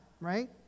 right